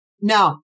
no